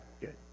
Good